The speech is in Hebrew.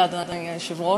אדוני היושב-ראש,